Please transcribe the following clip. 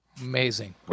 Amazing